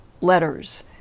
letters